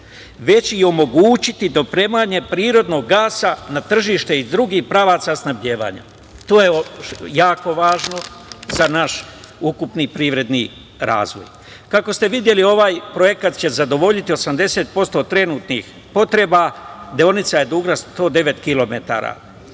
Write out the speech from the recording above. već i omogućiti dopremanje prirodnog gasa na tržište i drugih pravaca snabdevanja. To je jako važno za naš ukupni privredni razvoj. Kako ste videli, ovaj projekat će zadovoljiti 80% trenutnih potreba. Deonica je duga 109